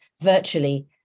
virtually